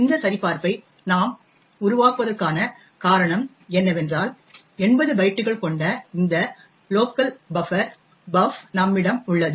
இந்த சரிபார்ப்பை நாம் உருவாக்குவதற்கான காரணம் என்னவென்றால் 80 பைட்டுகள் கொண்ட இந்த லோக்கல் பஃப்பர் பஃப் நம்மிடம் உள்ளது